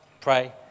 pray